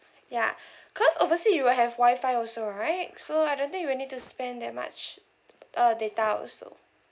ya cause oversea you will have wifi also right so I don't think you'll need to spend that much uh data also